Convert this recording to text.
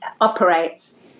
operates